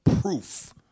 proof